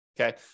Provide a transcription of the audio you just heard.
Okay